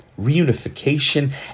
reunification